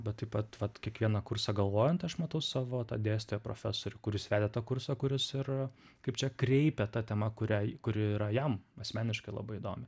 bet taip pat vat kiekvieną kursą galvojant aš matau savo dėstytoją profesorių kuris vedė tą kursą kuris ir kaip čia kreipė ta tema kuriai kuri yra jam asmeniškai labai įdomi